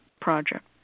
project